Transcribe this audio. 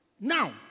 Now